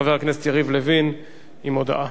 חבר הכנסת יריב לוין, הודעה.